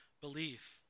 belief